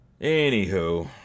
Anywho